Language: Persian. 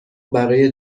برای